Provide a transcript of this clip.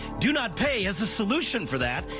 do not pay has a solution for that.